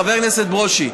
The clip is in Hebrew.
חבר הכנסת ברושי,